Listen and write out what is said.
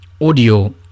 audio